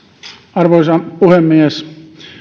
arvoisa puhemies